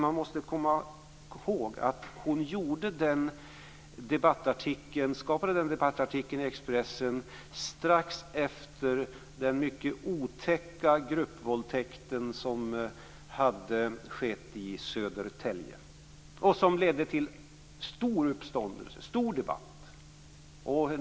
Man måste komma ihåg att Margareta Winberg skrev den debattartikeln i Expressen strax efter den mycket otäcka gruppvåldtäkten i Södertälje. Den ledde till stor uppståndelse och debatt.